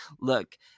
look